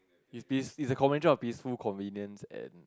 is peace is the conventual of peaceful convenient and